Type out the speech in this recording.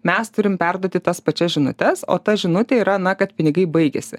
mes turim perduoti tas pačias žinutes o ta žinutė yra na kad pinigai baigėsi